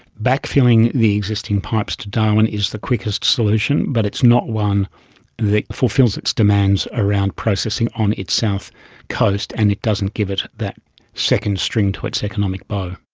backfilling of the existing pipes to darwin is the quickest solution but it's not one that fulfils its demands around processing on its south coast and it doesn't give it that second string to its economic bow.